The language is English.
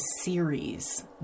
series